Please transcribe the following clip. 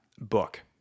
book